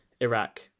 Iraq